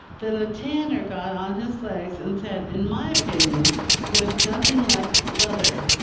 then a tanner got on his legs and said, in my opinion there's nothing like leather.